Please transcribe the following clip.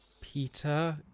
peter